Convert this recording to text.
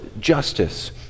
justice